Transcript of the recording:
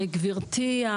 גבירתי,